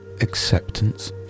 acceptance